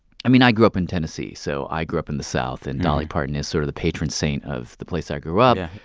i mean, i grew up in tennessee. so i grew up in the south, and dolly parton is sort of the patron saint of the place i grew up.